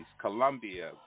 Colombia